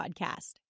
podcast